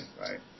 right